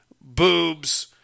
boobs